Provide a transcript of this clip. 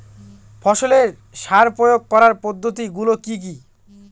ফসলের সার প্রয়োগ করার পদ্ধতি গুলো কি কি?